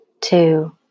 two